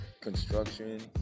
construction